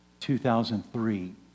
2003